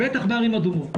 בטח בערים אדומות.